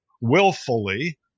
willfully